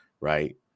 right